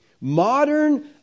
Modern